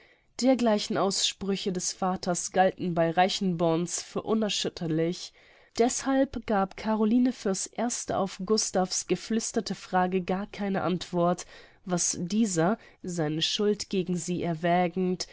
dergleichen aussprüche des vaters galten bei reichenborns für unerschütterlich deßhalb gab caroline für's erste auf gustav's geflüsterte frage gar keine antwort was dieser seine schuld gegen sie erwägend